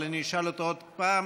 אבל אני אשאל אותו עוד פעם.